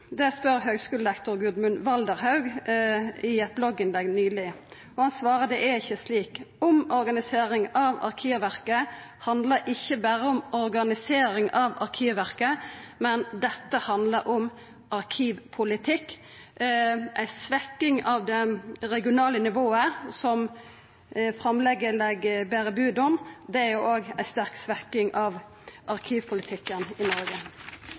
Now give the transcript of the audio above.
Det spurde høgskulelektor Gudmund Valderhaug i eit blogginnlegg nyleg. Han svarer at det er ikkje slik. Omorganisering av Arkivverket handlar ikkje berre om organisering av Arkivverket, men dette handlar om arkivpolitikk. Ei svekking av det regionale nivået som framlegget ber bod om, er også ei sterk svekking av arkivpolitikken i Noreg.